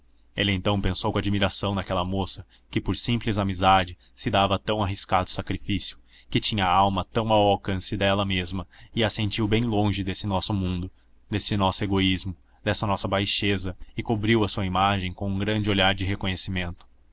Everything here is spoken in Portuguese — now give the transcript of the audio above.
ele então pensou com admiração naquela moça que por simples amizade se dava a tão arriscado sacrifício que tinha a alma tão ao alcance dela mesma e a sentiu bem longe desse nosso mundo deste nosso egoísmo dessa nossa baixeza e cobriu a sua imagem com um grande olhar de reconhecimento